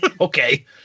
Okay